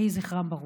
יהי זכרם ברוך.